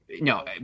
no